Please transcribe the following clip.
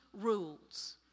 rules